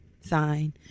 sign